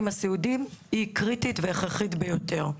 סיעודיים היא קריטית והכרחית ביותר.